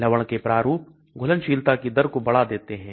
लवण के प्रारूप घुलनशीलता की दर को बढ़ा देते हैं